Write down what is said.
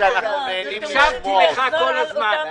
אסביר כפי שהסברתי בפעמים הקודמות.